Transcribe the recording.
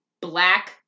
Black